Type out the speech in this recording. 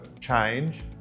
change